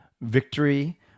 victory